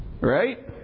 right